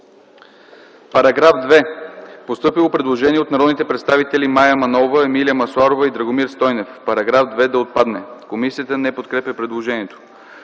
СТОЙНЕВ: Постъпило е предложение от народните представители Мая Манолова, Емилия Масларова и Драгомир Стойнев –§ 2 да отпадне. Комисията не подкрепя предложението.